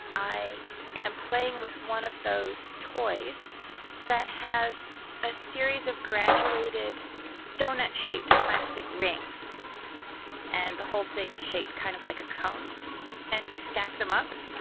i am playing with one of those toys that has a series of graduated donut shaped plastic rings and the whole thing is shaped kind of like a cone and you stack them up.